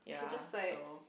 he just like